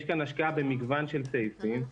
יש כאן השקעה במגוון של סעיפים.